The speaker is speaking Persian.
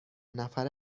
نفره